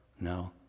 No